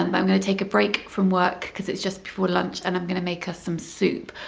um i'm going to take a break from work because it's just before lunch and i'm going to make us some soup,